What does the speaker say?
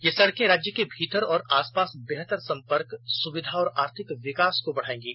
ये सड़कें राज्य के भीतर और आसपास बेहतर संपर्क सुविधा और आर्थिक विकास को बढाएंगी